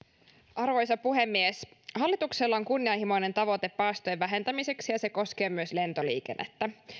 arvoisa puhemies hallituksella on kunnianhimoinen tavoite päästöjen vähentämiseksi ja se koskee myös lentoliikennettä